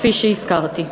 כפי שהזכרתי.